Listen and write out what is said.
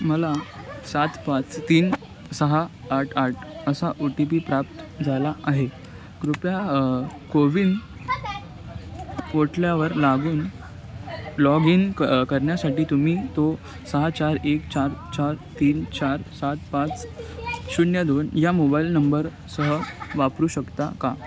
मला सात पाच तीन सहा आठ आठ असा ओ टी पी प्राप्त झाला आहे कृपया कोविन पोर्टल्यावर लागून लॉग इन क करण्यासाठी तुम्ही तो सहा चार एक चार चार तीन चार सात पाच शून्य दोन या मोबाईल नंबरसह वापरू शकता का